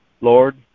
Lord